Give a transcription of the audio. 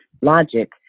logic